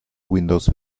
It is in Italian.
windows